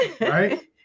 right